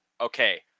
Okay